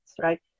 right